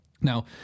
Now